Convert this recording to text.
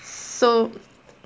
so